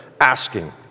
asking